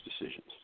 decisions